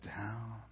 down